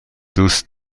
دوست